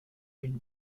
been